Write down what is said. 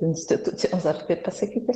institucijoms ar kaip pasakyti